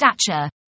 stature